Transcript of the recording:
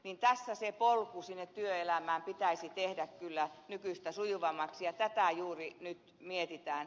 tässä se polku sinne työelämään pitäisi tehdä kyllä nykyistä sujuvammaksi ja tätä juuri nyt mietitään